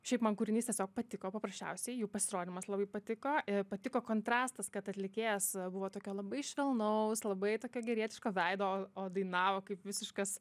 šiaip man kūrinys tiesiog patiko paprasčiausiai jų pasirodymas labai patiko patiko kontrastas kad atlikėjas buvo tokio labai švelnaus labai tokio gerietiško veido o o dainavo kaip visiškas